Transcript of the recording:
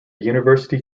university